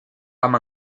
amb